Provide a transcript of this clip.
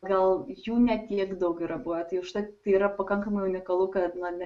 gal jų ne tiek daug yra buvę tai užtat yra pakankamai unikalu kad na ne